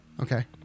Okay